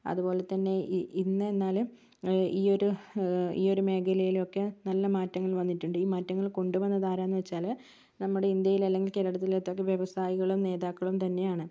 അതുപോലെത്തന്നെ ഇന്നെന്നാല് ഈ ഒരു ഈ ഒരു മേഖലയിലൊക്കെ നല്ല മാറ്റങ്ങൾ വന്നിട്ടുണ്ട് ഈമാറ്റങ്ങൾ കൊണ്ടുവന്നത് ആരാന്നുവച്ചാല് നമ്മുടെ ഇന്ത്യയില് അല്ലെങ്കിൽ കേരളത്തിലെ തടി വ്യവസായികളും നേതാക്കളും തന്നെയാണ്